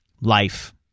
life